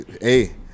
Hey